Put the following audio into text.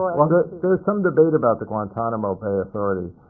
well, there's some debate about the guantanamo bay authority.